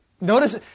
Notice